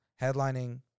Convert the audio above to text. headlining